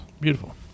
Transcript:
Beautiful